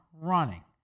running